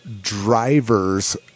driver's